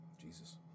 Jesus